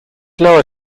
lower